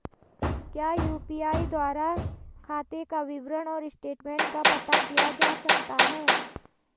क्या यु.पी.आई द्वारा खाते का विवरण और स्टेटमेंट का पता किया जा सकता है?